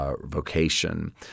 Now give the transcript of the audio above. vocation